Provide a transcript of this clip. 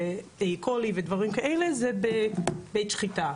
קולי ודברים כאלה זה בבית שחיטה.